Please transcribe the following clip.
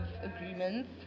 agreements